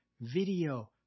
video